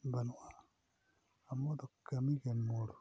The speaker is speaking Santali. ᱵᱟᱹᱱᱩᱜᱼᱟ ᱟᱵᱚ ᱫᱚ ᱠᱟᱹᱢᱤᱜᱮ ᱢᱩᱲ